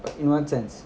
in what sense